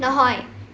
নহয়